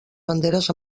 banderes